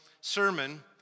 sermon